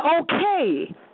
okay